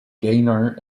gaynor